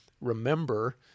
remember